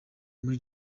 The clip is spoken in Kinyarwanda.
muri